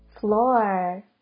floor